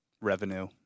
revenue